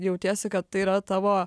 jautiesi kad tai yra tavo